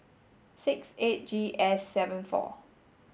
six eight G S seven four